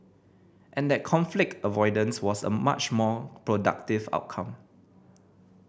and that conflict avoidance was a much more productive outcome